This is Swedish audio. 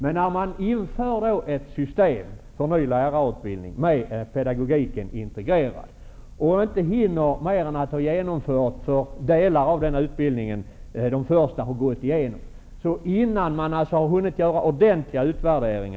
Men här har vi just infört ett system med en ny lärarutbildning med pedagogiken integrerad. Vi har ännu bara hunnit genomföra delar av denna utbildning och inte hunnit göra någon ordentlig utvärdering.